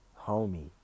Homie